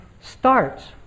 starts